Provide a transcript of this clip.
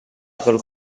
col